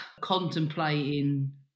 contemplating